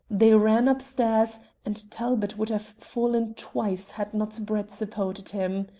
they ran upstairs, and talbot would have fallen twice had not brett supported him.